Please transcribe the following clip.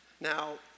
Now